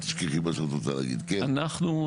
אנחנו,